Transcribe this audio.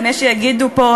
גם יש שיגידו פה,